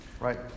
Right